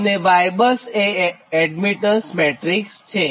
અને YBUS એ admittance matrix છે